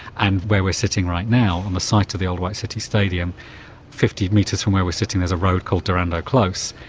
and where we're sitting right now on the site of the old white city stadium fifty metres from where we're sitting there's a road called dorando close.